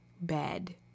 Bed